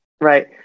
Right